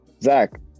Zach